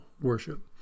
worship